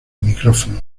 micrófono